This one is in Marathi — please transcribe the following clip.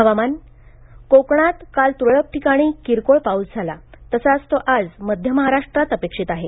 हवामान कोकणात काल तुरळक ठिकाणी किरकोळ पाऊस झाला तसाच तो आज मध्य महाराष्ट्रात अपक्षित आहे